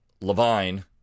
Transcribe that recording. Levine